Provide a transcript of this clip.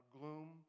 gloom